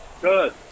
Good